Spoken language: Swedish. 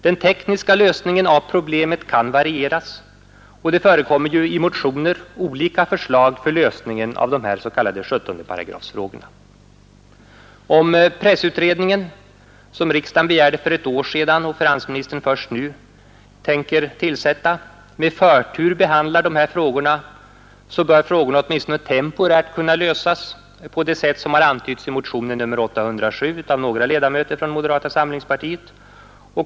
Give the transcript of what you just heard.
Den tekniska lösningen av problemet kan varieras, och det förekommer ju i motioner olika förslag till lösning Om pressutredningen — som riksdagen begärde för ett år sedan och finansministern först nu tänker tillsätta — med förtur behandlar dessa frågor, bör de åtminstone temporärt kunna lösas på det sätt som har antytts i motionen 807 av några ledamöter från moderata samlingspartiet.